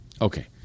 Okay